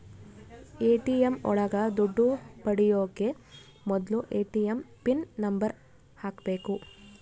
ATM ಒಳಗ ದುಡ್ಡು ಪಡಿಯೋಕೆ ಮೊದ್ಲು ಎ.ಟಿ.ಎಂ ಪಿನ್ ನಂಬರ್ ಹಾಕ್ಬೇಕು